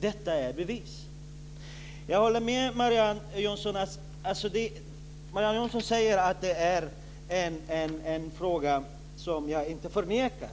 Detta är bevis. Marianne Jönsson säger att hon inte förnekar det.